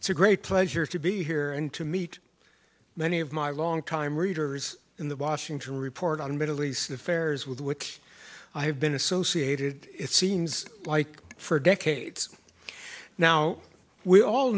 it's a great pleasure to be here and to meet many of my long time readers in the washington report on middle east affairs with which i have been associated it seems like for decades now we all